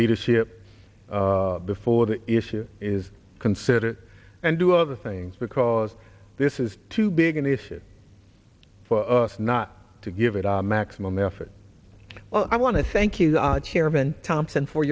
leadership before that issue is considered and do other things because this is too big an issue for us not to give it a maximum effort well i want to thank you chairman thompson for